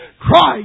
Christ